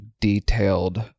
detailed